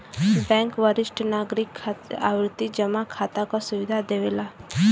bank वरिष्ठ नागरिक खातिर आवर्ती जमा खाता क सुविधा देवला